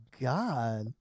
God